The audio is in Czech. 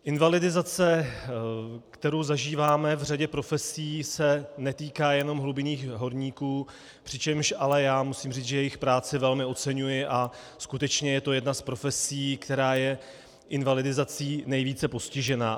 Invalidizace, kterou zažíváme v řadě profesí, se netýká jenom hlubinných horníků, přičemž ale musím říct, že jejich práci velmi oceňuji a skutečně je to jedna z profesí, která je invalidizací nejvíce postižena.